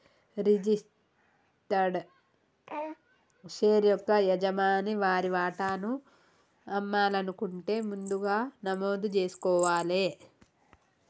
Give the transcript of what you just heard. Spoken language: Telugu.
రిజిస్టర్డ్ షేర్ యొక్క యజమాని వారి వాటాను అమ్మాలనుకుంటే ముందుగా నమోదు జేసుకోవాలే